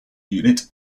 unit